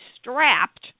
strapped